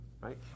right